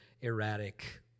erratic